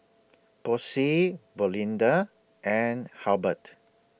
Posey Belinda and Halbert